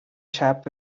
chap